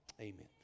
Amen